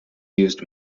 used